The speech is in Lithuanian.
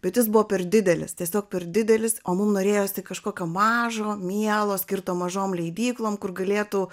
bet jis buvo per didelis tiesiog per didelis o mum norėjosi kažkokio mažo mielo skirto mažom leidyklom kur galėtų